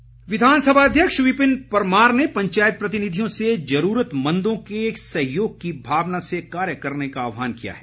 परमार विधानसभा अध्यक्ष विपिन परमार ने पंचायत प्रतिनिधियों से जरूरतमंदों के सहयोग की भावना से कार्य करने का आहवान किया है